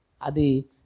adi